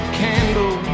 candle